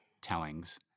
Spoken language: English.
tellings